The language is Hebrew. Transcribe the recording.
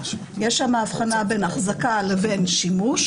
יש שם הבחנה בין החזקה לבין שימוש.